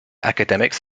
academics